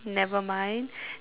then what about you leh